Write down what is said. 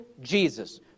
Jesus